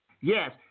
Yes